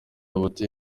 buti